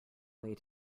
way